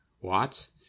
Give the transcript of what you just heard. Watts